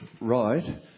right